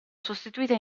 sostituite